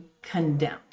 Condemned